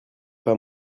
pas